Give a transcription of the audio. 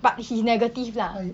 but he negative lah